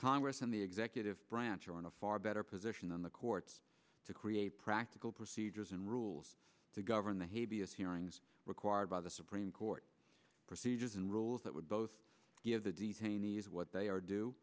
congress and the executive branch on a far better position on the courts to create practical procedures and rules to govern the hay vs hearings required by the supreme court procedures and rules that would both give the detainees what they are d